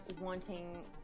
wanting